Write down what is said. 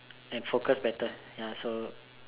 and focus better so